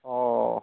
অঁ